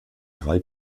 drei